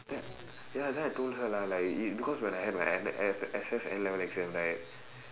ya then I told her lah like you because when I have my excess N level exam right